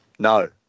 No